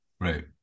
Right